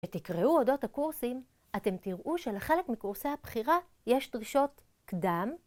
תקראו אודות הקורסים, אתם תראו שלחלק מקורסי הבחירה יש דרישות קדם